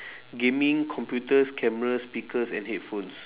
gaming computers camera speakers and headphones